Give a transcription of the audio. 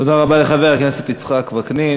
תודה רבה לחבר הכנסת יצחק וקנין.